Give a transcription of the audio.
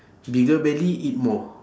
bigger belly eat more